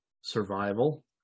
survival